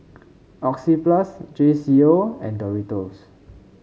Oxyplus J C O and Doritos